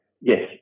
yes